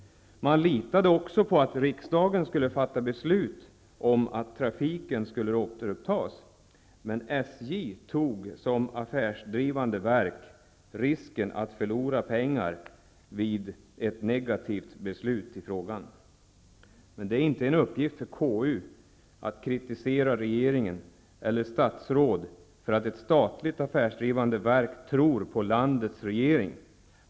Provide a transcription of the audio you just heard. Man litade också på att riksdagen skulle fatta beslut om att trafiken skulle återupptas. Men SJ som affärsdrivande verk tog risken att förlora pengar i händelse av ett negativt beslut i frågan. Det är inte en uppgift för KU att kritisera regeringen eller statsråd för att ett statligt affärsdrivande verk tror på landets regering.